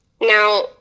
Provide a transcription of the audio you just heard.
Now